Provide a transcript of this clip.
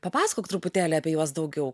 papasakok truputėlį apie juos daugiau